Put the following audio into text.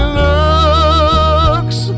looks